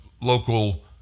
local